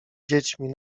dziećmi